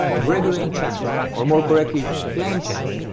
gregorian chant, or more correctly, plainchant,